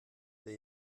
der